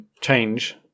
change